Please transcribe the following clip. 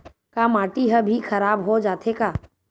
का माटी ह भी खराब हो जाथे का?